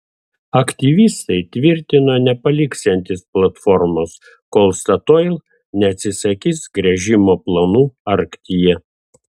aktyvistai tvirtino nepaliksiantys platformos kol statoil neatsisakys gręžimo planų arktyje